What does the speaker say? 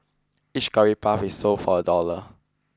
each Curry Puff is sold for a dollar